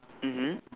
mmhmm